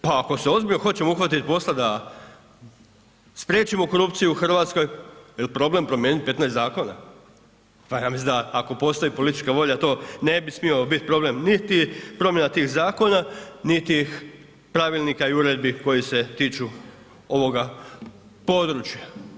Pa ako se ozbiljno hoćemo uhvatiti posla da spriječimo korupciju u Hrvatskoj jel problem promijeniti 15 zakona, pa ja mislim da ako postoji politička volja to ne bi smio biti problem niti promjena tih zakona, ni tih pravilnika i uredbi koji se tiču ovoga područja.